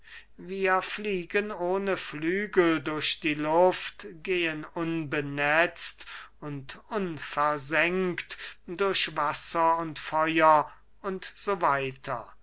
wir fliegen ohne flügel durch die luft gehen unbenetzt und unversengt durch wasser und feuer u s w